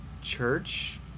church